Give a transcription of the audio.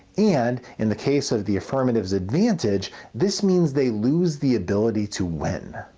and in the case of the affirmative's advantages this means they lose the ability to win.